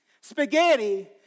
spaghetti